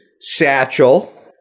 satchel